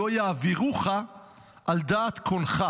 שלא יעבירוך על דעת קונך"